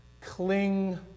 Cling